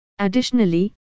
Additionally